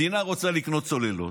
מדינה רוצה לקנות צוללות,